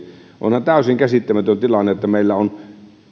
onhan täysin käsittämätön tilanne että meillä on